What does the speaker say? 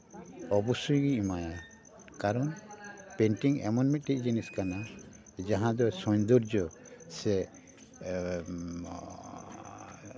ᱚᱵᱚᱥᱥᱳᱭ ᱜᱤᱧ ᱮᱢᱟᱭᱟ ᱠᱟᱨᱚᱱ ᱯᱮᱱᱴᱤᱝ ᱮᱢᱚᱱ ᱢᱤᱫᱴᱮᱱ ᱡᱤᱱᱤᱥ ᱠᱟᱱᱟ ᱡᱟᱦᱟᱸ ᱫᱚ ᱥᱳᱱᱫᱚᱨᱡᱚ ᱥᱮ